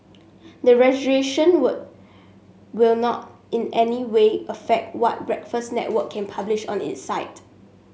the registration will will not in any way affect what Breakfast Network can publish on its site